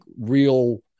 real